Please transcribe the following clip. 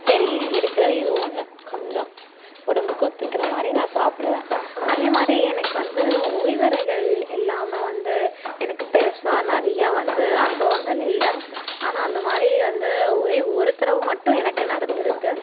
சரி இருக்கிற ஏதோ ஒன்று கொஞ்சம் உடம்புக்கு ஒத்துக்கிற மாதிரி நான் சாப்பிடுவேன் அதே மாதிரி எனக்கு வந்து ஓய்வறைகள் இல்லாமல் வந்து எனக்கு பெருசாக நிறையா வந்து அனுபவங்கள் இல்லை ஆனால் அந்த மாதிரி வந்து ஒரே ஒரு தடவ மட்டும் எனக்கு நடந்துருக்குது